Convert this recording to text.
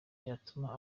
yatuma